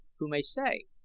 who may say!